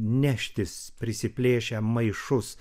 neštis prisiplėšę maišus